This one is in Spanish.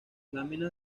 láminas